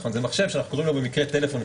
זה מחשב שאנחנו קוראים לו במקרה "טלפון",